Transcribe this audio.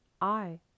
I